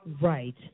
right